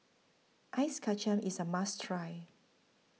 Ice Kachang IS A must Try